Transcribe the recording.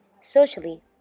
socially